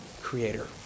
creator